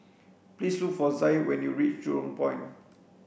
please look for Zaid when you reach Jurong Point